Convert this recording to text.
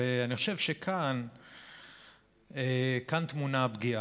אני חושב שכאן טמונה הפגיעה.